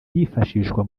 yifashishwa